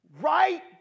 Right